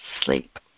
sleep